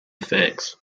effects